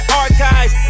archives